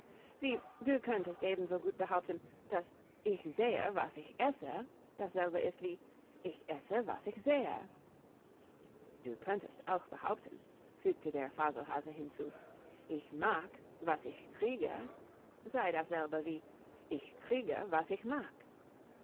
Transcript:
wie du könntest eben so gut behaupten daß ich sehe was ich esse dasselbe ist wie ich esse was ich sehe du könntest auch behaupten fügte der faselhase hinzu ich mag was ich kriege sei dasselbe wie ich kriege was ich mag